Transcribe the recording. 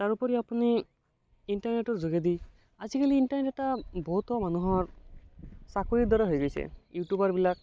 তাৰোপৰি আপুনি ইণ্টাৰনেটৰ যোগেদি আজিকালি ইণ্টাৰনেট এটা বহুতো মানুহৰ চাকৰিৰ দৰে হৈ গৈছে ইউটিউবাৰবিলাক